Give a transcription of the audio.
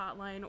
hotline